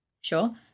sure